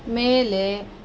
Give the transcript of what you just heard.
ಮೇಲೆ